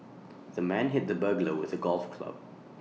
the man hit the burglar with A golf club